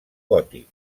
gòtic